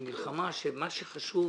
היא מלחמה שמה שחשוב